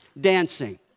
Dancing